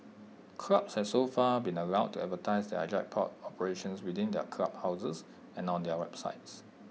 clubs have so far been allowed to advertise their jackpot operations within their clubhouses and on their websites